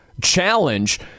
Challenge